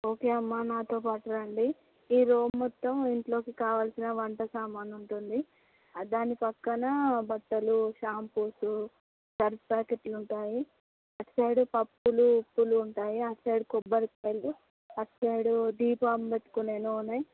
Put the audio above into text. okay అమ్మ నాతోపాటు రండి ఈ రో మొత్తం ఇంట్లోకి కావాల్సిన వంట సామాను ఉంటుంది దాని పక్కన బట్టలు షాంపూసు సర్ఫు ప్యాకెట్లు ఉంటాయి అటు సైడు పప్పులు ఉప్పులు ఉంటాయి అటు సైడు కొబ్బరికాయలు అటు సైడు దీపం పెట్టుకునే నూనె